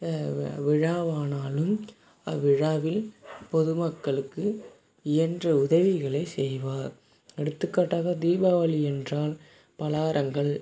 விழாவானாலும் அவ்விழாவில் பொதுமக்களுக்கு இயன்ற உதவிகளை செய்வார் எடுத்துக்காட்டாக தீபாவளி என்றால் பலாரங்கள்